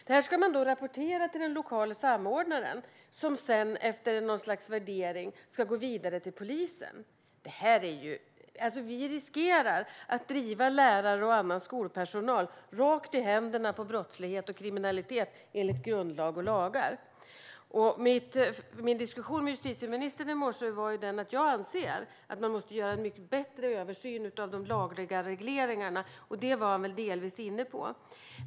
Detta ska man rapportera till den lokala samordnaren, som sedan efter något slags värdering ska gå vidare till polisen. Vi riskerar att driva lärare och annan skolpersonal rakt i händerna på kriminalitet enligt grundlag och lagar. Min diskussion med justitieministern i morse handlade om att jag anser att man måste göra en mycket bättre översyn av de lagliga regleringarna, och det var han väl delvis inne på.